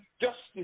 justice